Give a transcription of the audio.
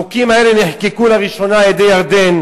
החוקים האלה נחקקו לראשונה על-ידי ירדן